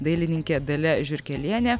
dailininkė dalia žiurkelienė